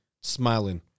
smiling